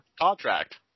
contract